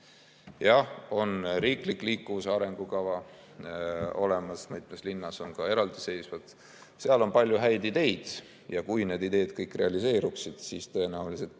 Jah, riiklik liikuvuse arengukava on olemas, mitmes linnas on ka eraldiseisvad arengukavad. Seal on palju häid ideid ja kui need ideed kõik realiseeruksid, siis tõenäoliselt